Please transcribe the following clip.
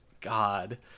god